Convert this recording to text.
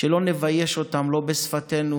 שלא נבייש אותם לא בשפתנו,